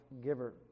giver